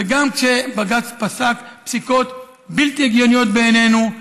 וגם כשבג"ץ פסק פסיקות בלתי הגיוניות בעינינו,